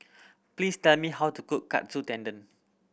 please tell me how to cook Katsu Tendon